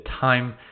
time